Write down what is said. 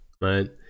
right